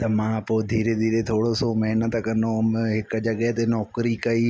त मां पोइ धीरे धीरे थोरो सो महिनत कंदो हुउमि हिक जॻह ते नौकिरी कई